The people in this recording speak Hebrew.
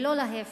ולא להיפך,